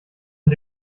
mit